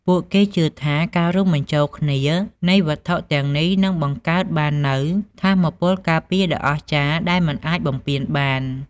ពួកគេជឿថា ការរួមបញ្ចូលគ្នានៃវត្ថុទាំងនេះនឹងបង្កើតបាននូវថាមពលការពារដ៏អស្ចារ្យដែលមិនអាចបំពានបាន។